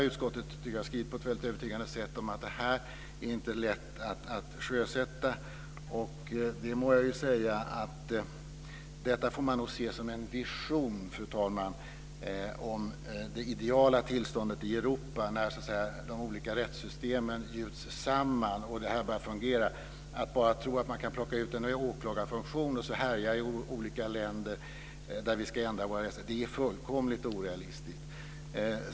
Utskottet har på ett övertygande sätt skrivit att det inte är lätt att sjösätta. Man får se det som en vision om det ideala tillståndet i Europa, när de olika rättssystemen gjuts samman och det börjar fungera. Att tro att man kan plocka ut en åklagarfunktion och härja i olika länder där man ska ändra rättsregler är fullkomligt orealistiskt.